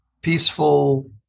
peaceful